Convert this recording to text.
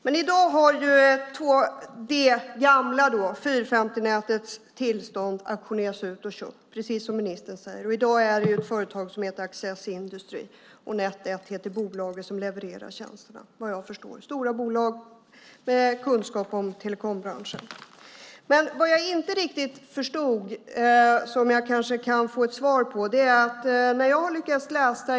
I dag har tillståndet till det gamla 450-nätet auktionerats ut och köpts, precis som ministern säger. I dag innehas det av ett företag som heter Access Industries, och Net 1 heter bolaget som levererar tjänsterna. Det är stora bolag med kunskap om telekombranschen. En sak förstår jag inte riktigt, och det kan ministern kanske reda ut.